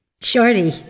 Shorty